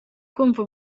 kumva